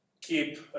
keep